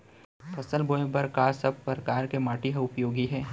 फसल बोए बर का सब परकार के माटी हा उपयोगी हे?